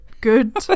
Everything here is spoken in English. good